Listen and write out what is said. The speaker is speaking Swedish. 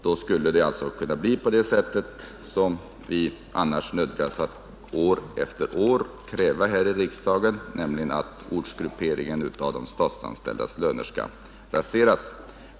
Då skulle man kunna genomföra det som vi annars år efter år nödgas kräva här i riksdagen, nämligen att ortsgrupperingen av de statsanställdas löner avskaffas.